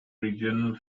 regional